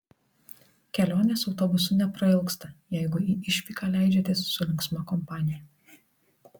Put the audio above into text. kelionės autobusu neprailgsta jeigu į išvyką leidžiatės su linksma kompanija